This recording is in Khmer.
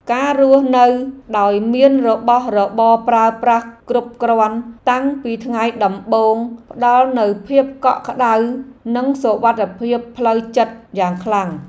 ការរស់នៅដោយមានរបស់របរប្រើប្រាស់គ្រប់គ្រាន់តាំងពីថ្ងៃដំបូងផ្ដល់នូវភាពកក់ក្ដៅនិងសុវត្ថិភាពផ្លូវចិត្តយ៉ាងខ្លាំង។